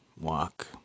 walk